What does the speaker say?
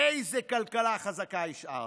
איזו כלכלה חזקה השארנו.